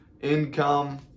income